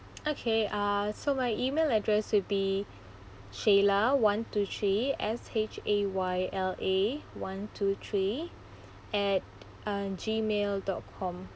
okay uh so my email address will be shayla one two three S H A Y L A one two three at uh gmail dot com